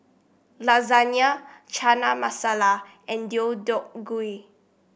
Lasagna Chana Masala and Deodeok Gui